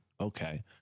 okay